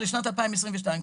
כלומר, לשנת 2022 כרגע.